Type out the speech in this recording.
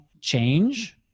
change